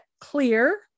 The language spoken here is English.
clear